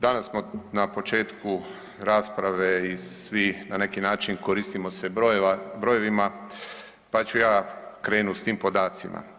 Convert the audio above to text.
Danas smo na početku rasprave i svi na neki način koristimo se brojevima, pa ću ja krenut s tim podacima.